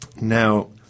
now